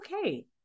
okay